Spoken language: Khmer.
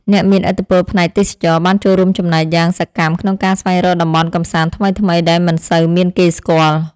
អ្នកមានឥទ្ធិពលផ្នែកទេសចរណ៍បានចូលរួមចំណែកយ៉ាងសកម្មក្នុងការស្វែងរកតំបន់កម្សាន្តថ្មីៗដែលមិនសូវមានគេស្គាល់។